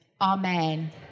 amen